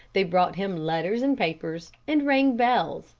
they brought him letters and papers, and rang bells,